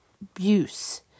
abuse